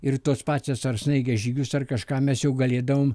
ir tos pačios ar snaigės žygius ar kažką mes jau galėdavom